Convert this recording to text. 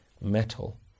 metal